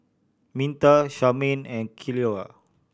Minta Charmaine and Ceola